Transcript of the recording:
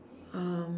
um